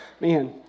man